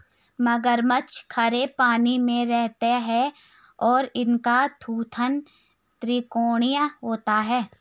मगरमच्छ खारे पानी में रहते हैं और इनका थूथन त्रिकोणीय होता है